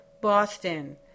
Boston